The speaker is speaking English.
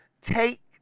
take